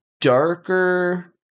darker